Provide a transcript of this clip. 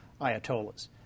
Ayatollahs